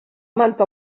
manta